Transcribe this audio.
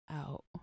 out